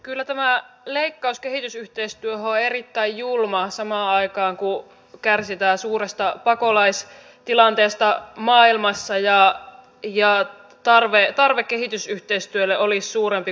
kyllä tämä leikkaus kehitysyhteistyöhön on erittäin julma samaan aikaan kun kärsitään suuresta pakolaistilanteesta maailmassa ja tarve kehitysyhteistyölle olisi suurempi kuin pitkään aikaan